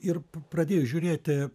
ir pradėjus žiūrėti